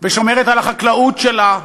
ושומרת על החקלאות שלה,